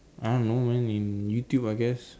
I don't know man in YouTube I guess